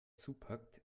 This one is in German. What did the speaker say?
zupackt